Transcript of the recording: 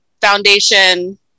foundation